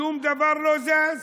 שום דבר לא זז.